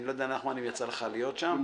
נחמן, אני לא יודע אם יצא לך להיות שם במודיעין.